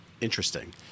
interesting